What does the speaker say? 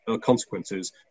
consequences